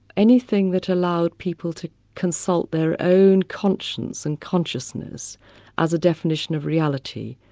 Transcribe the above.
anything that allowed people to consult their own conscience and consciousness as a definition of reality,